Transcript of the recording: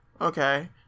okay